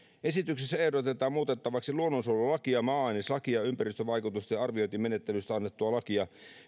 esityksessä ehdotetaan muutettaviksi luonnonsuojelulakia maa aineslakia ympäristövaikutusten arviointimenettelystä annettua lakia